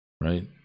right